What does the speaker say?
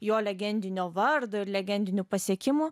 jo legendinio vardo ir legendinių pasiekimų